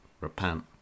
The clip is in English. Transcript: repent